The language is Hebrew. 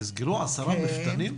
נסגרו עשרה מפתנים?